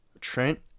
Trent